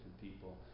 people